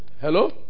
Hello